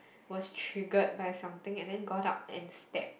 was triggered by something and then got up and stabbed